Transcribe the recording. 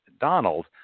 Donald